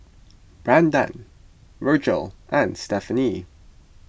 Brandan Virgil and Stephanie